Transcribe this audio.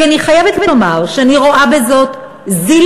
כי אני חייבת לומר שאני רואה בזה זילות